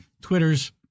Twitter's